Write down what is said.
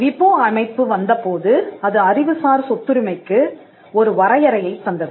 விபோ அமைப்பு வந்தபோது அது அறிவுசார் சொத்துரிமைக்கு ஒரு வரையறையைத் தந்தது